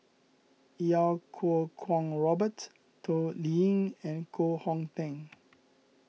Iau Kuo Kwong Robert Toh Liying and Koh Hong Teng